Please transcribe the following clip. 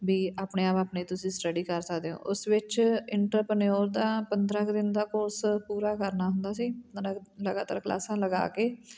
ਵੀ ਆਪਣੇ ਆਪ ਆਪਣੇ ਤੁਸੀਂ ਸਟੱਡੀ ਕਰ ਸਕਦੇ ਹੋ ਉਸ ਵਿੱਚ ਇੰਟਰਪਨਿਓਰ ਦਾ ਪੰਦਰ੍ਹਾਂ ਕੁ ਦਿਨ ਦਾ ਕੋਰਸ ਪੂਰਾ ਕਰਨਾ ਹੁੰਦਾ ਸੀ ਲਗਾਤਾਰ ਕਲਾਸਾਂ ਲਗਾ ਕੇ